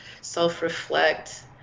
self-reflect